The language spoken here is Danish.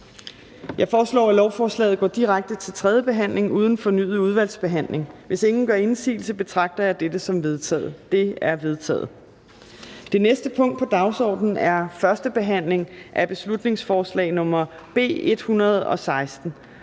Jeg foreslår, at lovforslaget går direkte til tredje behandling uden fornyet udvalgsbehandling. Hvis ingen gør indsigelse, betragter jeg dette som vedtaget. Det er vedtaget. --- Det næste punkt på dagsordenen er: 12) 1. behandling af beslutningsforslag nr. B 116: